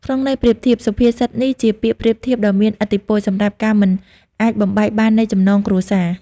ក្នុងន័យប្រៀបធៀប សុភាសិតនេះជាពាក្យប្រៀបធៀបដ៏មានឥទ្ធិពលសម្រាប់ការមិនអាចបំបែកបាននៃចំណងគ្រួសារ។